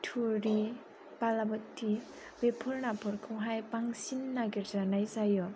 थुरि बालाबोथि बेफोर नाफोरखौहाय बांसिन नागिरनाय जायो